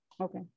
Okay